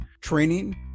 training